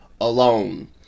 alone